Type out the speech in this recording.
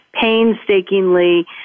painstakingly